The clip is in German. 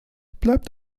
bleibt